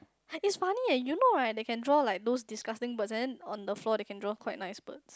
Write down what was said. it's funny eh you know right they can draw like those disgusting birds and then on the floor they can draw quite nice birds